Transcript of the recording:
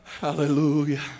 Hallelujah